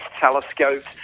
telescopes